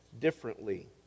differently